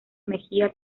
mejía